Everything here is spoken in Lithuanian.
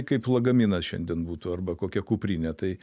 kaip lagaminas šiandien būtų arba kokia kuprinė tai